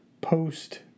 post